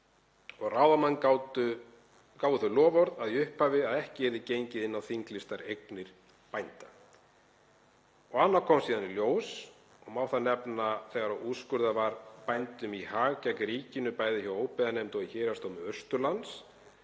Ráðamenn gáfu þau loforð í upphafi að ekki yrði gengið á þinglýstar eignir bænda. Annað kom síðan í ljós og má þar nefna þegar úrskurðað var bændum í hag gegn ríkinu, bæði hjá óbyggðanefnd og í Héraðsdómi Austurlands.